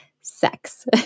sex